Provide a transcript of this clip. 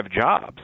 jobs